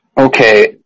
Okay